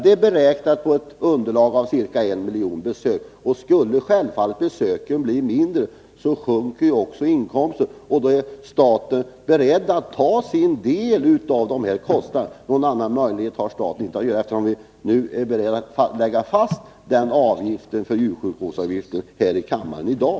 Det är beräknat på ett underlag av ca en miljon veterinärförrättningar, och skulle antalet bli mindre sjunker självfallet inkomsterna. Då är staten beredd att ta sin del av dessa kostnader. Någon annan möjlighet har inte staten, eftersom vi nu är beredda att lägga fast denna avgift för djursjukvård här i kammaren i dag.